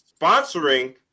sponsoring